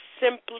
simply